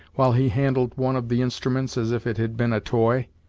while he handled one of the instruments as if it had been a toy.